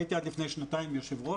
הייתי עד לפני שנתיים יושב-ראש.